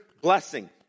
blessing